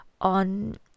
on